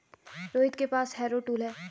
रोहित के पास harrow tool है